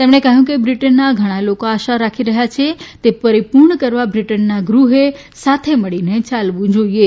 તેમણે કહ્યું કે બ્રિટનના ઘણા લોકો આશા રાખી રહ્યા છે તે પરિપૂર્ણ કરવા બ્રિટનના ગૃહે સાથે મળીને ચાલવું જોઇએ